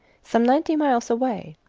some ninety miles away,